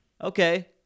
okay